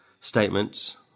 statements